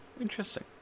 interesting